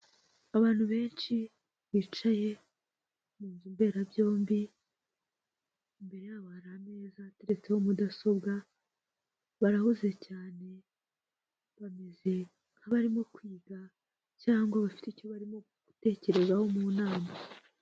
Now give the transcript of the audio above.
Abantu benshi bicaye mu nzu mberabyombi, imbere yabo hari ameza ateretseho mudasobwa, barahuze cyane bameze nk'abarimo kwiga cyangwa bafite icyo barimo gutekerezaho mu nama.